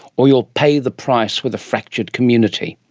or you'll pay the price with a fractured community.